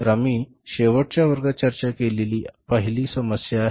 तर आम्ही शेवटच्या वर्गात चर्चा केलेली पहिली समस्या ही एक सोपी समस्या होती